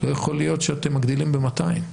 לא יכול להיות שאתם מגדילים ב-200,